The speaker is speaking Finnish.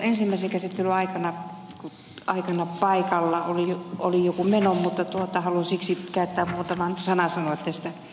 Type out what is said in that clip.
en ollut ensimmäisen käsittelyn aikana paikalla oli joku meno mutta haluan siksi muutaman sanan sanoa tästä lakiesityksestä